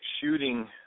shooting